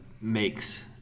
makes